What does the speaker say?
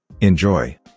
Enjoy